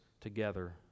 together